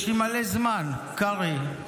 יש לי מלא זמן, קרעי,